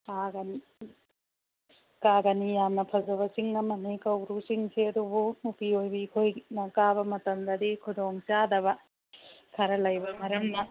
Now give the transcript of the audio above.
ꯀꯥꯒꯅꯤ ꯀꯥꯒꯅꯤ ꯌꯥꯝꯅ ꯐꯖꯕ ꯆꯤꯡ ꯑꯅꯤ ꯀꯧꯕ꯭ꯔꯨ ꯆꯤꯡꯁꯦ ꯑꯗꯨꯕꯨ ꯅꯨꯄꯤ ꯑꯣꯏꯕꯤ ꯑꯩꯈꯣꯏꯅ ꯀꯥꯕ ꯃꯇꯝꯗꯗꯤ ꯈꯨꯗꯣꯡ ꯆꯥꯗꯕ ꯈꯔ ꯂꯩꯕ ꯃꯔꯝꯅ